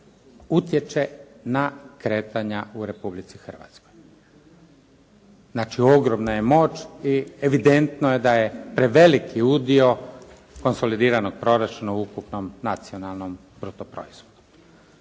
utječe na kretanja u Republici Hrvatskoj. Znači, ogromna je moć i evidentno je da je preveliki udio konsolidiranog proračuna u ukupnom nacionalnom bruto proizvodu.